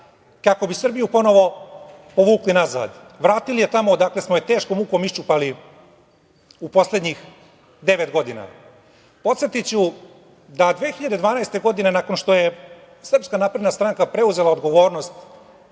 kako bi Srbiju ponovo povukli nazad, vratili je tamo odakle smo je teškom mukom iščupali u poslednjih devet godina. Podsetiću da je 2012. godine, nakon što je SNS preuzela odgovornost